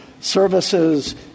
services